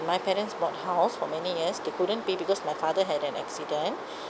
my parents bought house for many years they couldn't pay because my father had an accident